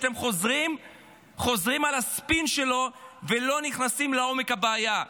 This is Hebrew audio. כשאתם חוזרים על הספין שלו ולא נכנסים לעומק הבעיה.